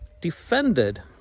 defended